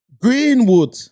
Greenwood